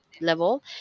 level